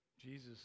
Jesus